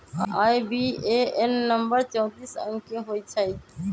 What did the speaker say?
IBAN number चौतीस अंक के होइ छइ